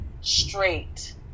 straight